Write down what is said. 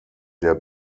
der